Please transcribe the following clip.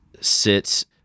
sits